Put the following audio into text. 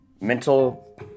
mental